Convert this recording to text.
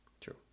True